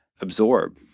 absorb